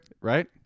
right